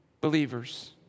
believers